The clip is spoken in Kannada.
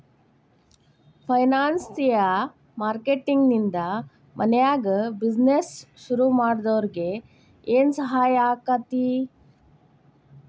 ಫೈನಾನ್ಸಿಯ ಮಾರ್ಕೆಟಿಂಗ್ ನಿಂದಾ ಮನ್ಯಾಗ್ ಬಿಜಿನೆಸ್ ಶುರುಮಾಡ್ದೊರಿಗೆ ಏನ್ಸಹಾಯಾಕ್ಕಾತಿ?